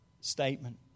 statement